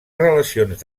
relacions